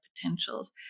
potentials